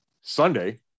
Sunday